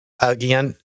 again